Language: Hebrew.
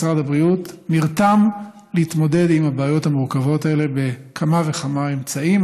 משרד הבריאות נרתם להתמודד עם הבעיות המורכבות האלה בכמה וכמה אמצעים.